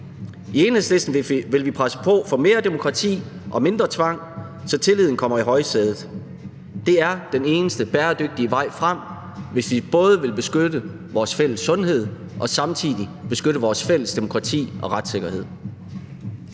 I Enhedslisten vil vi presse på for mere demokrati og mindre tvang, så tilliden kommer i højsædet. Det er den eneste bæredygtige vej frem, hvis vi både vil beskytte vores fælles sundhed og samtidig beskytte vores fælles demokrati og retssikkerhed.